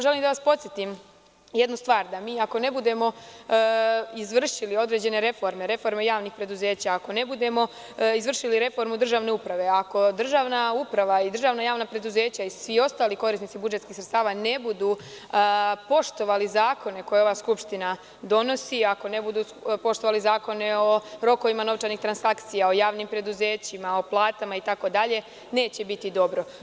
Želim da vas podsetim jednu stvar, da mi, ako ne budemo izvršili određene reforme, reforme javnih preduzeća, ako ne budemo izvršili reformu državne uprave, ako državna uprava i državna javna preduzeća i svi ostali korisnici budžetskih sredstava ne budu poštovali zakone koje ova Skupština donosi, ako ne budu poštovali zakone o rokovima novčanih transakcija, o javnim preduzećima, o platama itd, neće biti dobro.